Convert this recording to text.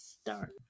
start